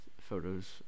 photos